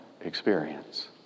experience